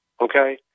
Okay